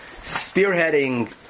spearheading